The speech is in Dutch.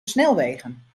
snelwegen